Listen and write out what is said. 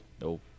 Nope